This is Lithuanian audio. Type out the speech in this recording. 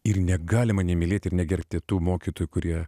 ir negalima nemylėti ir negerbti tų mokytojų kurie